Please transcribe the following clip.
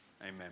Amen